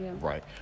Right